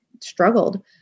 struggled